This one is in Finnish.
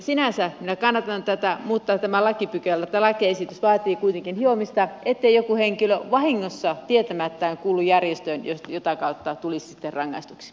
sinänsä minä kannatan tätä mutta tämä lakiesitys vaatii kuitenkin hiomista ettei joku henkilö vahingossa tietämättään kuulu järjestöön mitä kautta tulisi sitten rangaistuksia